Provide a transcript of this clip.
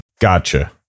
Gotcha